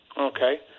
Okay